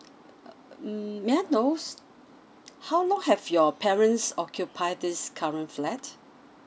err mm may I know s~ how long have your parents occupied this current flat